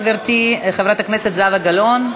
גברתי חברת הכנסת זהבה גלאון,